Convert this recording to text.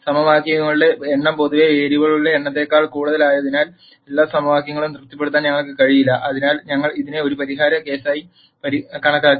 സമവാക്യങ്ങളുടെ എണ്ണം പൊതുവെ വേരിയബിളുകളുടെ എണ്ണത്തേക്കാൾ കൂടുതലായതിനാൽ എല്ലാ സമവാക്യങ്ങളും തൃപ്തിപ്പെടുത്താൻ ഞങ്ങൾക്ക് കഴിയില്ല അതിനാൽ ഞങ്ങൾ ഇതിനെ ഒരു പരിഹാര കേസായി കണക്കാക്കി